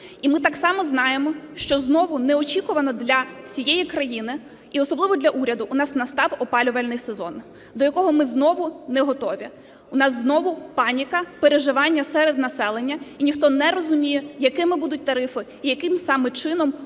І ми так само знаємо, що знову неочікувано для всієї країни і особливо для уряду в нас настав опалювальний сезон, до якого ми знову не готові. У нас знову паніка, переживання серед населення, і ніхто не розуміє, якими будуть тарифи, і яким саме чином